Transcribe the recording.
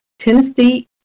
Tennessee